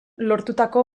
lortutako